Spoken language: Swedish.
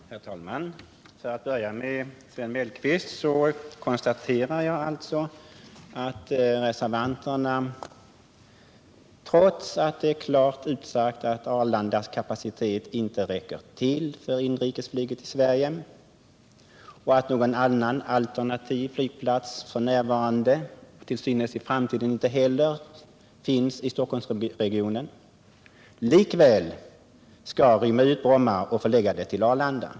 Herr talman! Till att börja med, Sven Mellqvist, konstaterar jag att reservanterna, trots att det är klart utsagt att Arlandas kapacitet inte räcker till för inrikesflyget i Sverige, och trots att någon annan alternativ flygplats inte f.n. — till synes inte heller i framtiden — finns i Stockholmsregionen, likväl vill rymma ut Bromma och förlägga trafiken där till Arlanda.